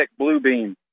Bluebeam